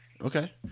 okay